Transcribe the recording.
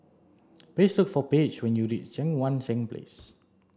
please look for Paige when you reach Cheang Wan Seng Place